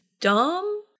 dumb